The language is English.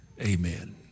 Amen